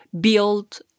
build